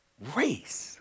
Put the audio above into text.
race